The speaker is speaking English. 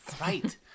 Right